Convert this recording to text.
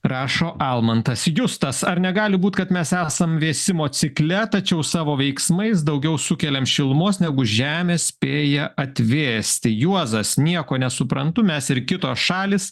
rašo almantas justas ar negali būt kad mes esam vėsimo cikle tačiau savo veiksmais daugiau sukeliam šilumos negu žemė spėja atvėsti juozas nieko nesuprantu mes ir kitos šalys